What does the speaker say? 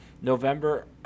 November –